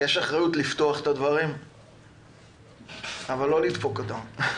יש אחריות לפתוח את הדברים אבל לא לדפוק אותם.